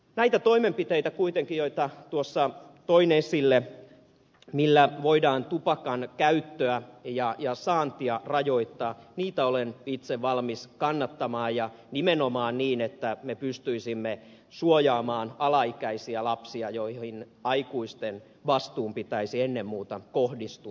näitä toimenpiteitä joita tuossa toin esille joilla voidaan tupakan käyttöä ja saantia rajoittaa olen kuitenkin itse valmis kannattamaan ja nimenomaan niin että me pystyisimme suojaamaan ala ikäisiä lapsia joihin aikuisten vastuun pitäisi ennen muuta kohdistua